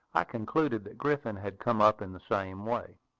i concluded that griffin had come up in the same way.